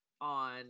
on